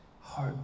hope